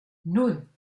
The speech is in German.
nan